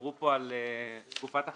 דיברו פה על תקופת החקירה,